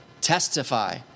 testify